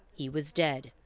he was dead,